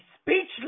speechless